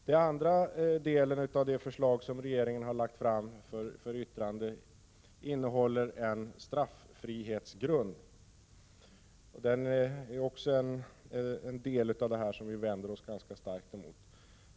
Den andra delen av det förslag som regeringen har lagt fram för yttrande innehåller en straffrihetsgrund. Detta är en del som vi vänder oss ganska starkt emot.